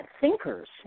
thinkers